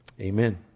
amen